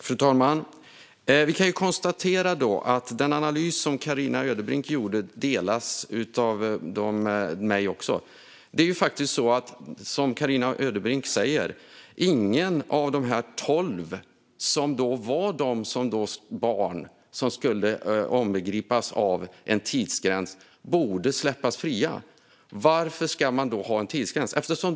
Fru talman! Vi kan konstatera att den analys som Carina Ödebrink gjorde delas också av mig. Som Carina Ödebrink säger borde ingen av de tolv som var barn och som skulle omfattas av en tidsgräns släppas fria, men varför ska man då ha en tidsgräns?